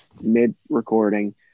mid-recording